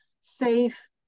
safe